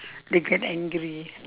they get angry